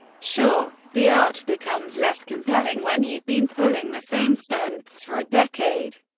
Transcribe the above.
sure, the art becomes less compelling when you've been pulling the same stunts for a decade.